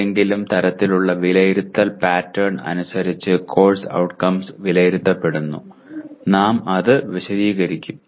ഏതെങ്കിലും തരത്തിലുള്ള വിലയിരുത്തൽ പാറ്റേൺ അനുസരിച്ച് കോഴ്സ് ഔട്ട്കംസ് വിലയിരുത്തപ്പെടുന്നു നാം അത് വിശദീകരിക്കും